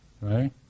right